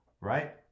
right